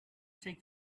take